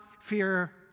fear